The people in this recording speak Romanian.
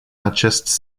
acest